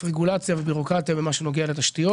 רגולציה ובירוקרטיה במה שנוגע לתשתיות.